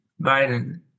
Biden